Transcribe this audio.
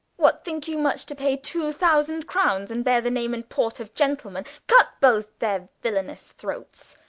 what thinke you much to pay two thousand. crownes, and beare the name and port of gentlemen? cut both the villaines throats,